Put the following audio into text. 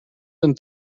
than